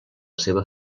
seva